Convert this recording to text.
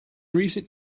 recent